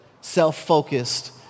self-focused